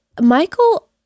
Michael